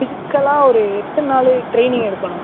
ஃபிஸிக்கலாக ஒரு எத்தனை நாள் ட்ரைனிங் எடுக்கணும்